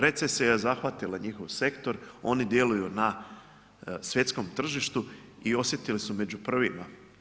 Recesija je zahvatila njihov sektor, oni djeluju na svjetskom tržištu i osjetili su među prvima.